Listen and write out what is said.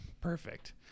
perfect